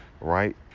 right